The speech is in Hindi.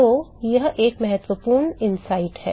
तो यह एक महत्वपूर्ण अंतर्दृष्टि है